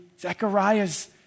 Zechariah's